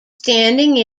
standing